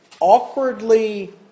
awkwardly